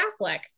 Affleck